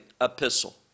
epistle